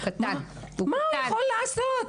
מה הוא יכול לעשות?